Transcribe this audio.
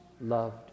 loved